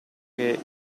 che